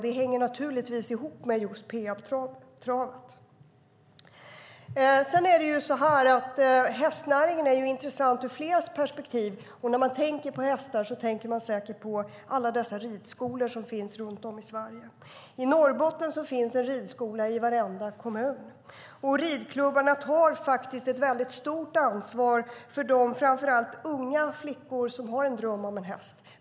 Det hänger naturligtvis ihop med Peabtravet. Hästnäringen är intressant ur flera perspektiv. När man tänker på hästar tänker man säkert på alla dessa ridskolor som finns runt om i Sverige. I Norrbotten finns en ridskola i varenda kommun. Ridklubbarna tar ett stort ansvar för de, framför allt unga, flickor som har en dröm om en häst.